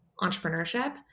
entrepreneurship